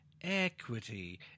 equity